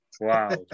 wow